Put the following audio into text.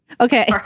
Okay